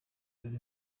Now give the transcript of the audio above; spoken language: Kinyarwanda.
dore